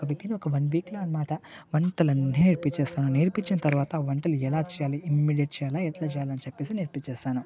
అంటే విత్ఇన్ ఒక వీక్లో అన్నమాట వంటలన్నీ నేర్పించేస్తాను నేర్పించిన తర్వాత వంటలు ఎలా చేయాలి ఇమీడియట్ చేయాలి ఎట్లా చేయాలి అని చెప్పి నేర్పించేస్తాను